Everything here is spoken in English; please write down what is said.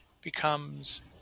becomes